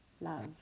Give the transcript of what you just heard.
love